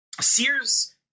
Sears